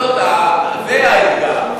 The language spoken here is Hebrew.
זה האתגר.